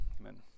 Amen